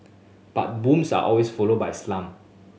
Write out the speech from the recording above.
but booms are always followed by slump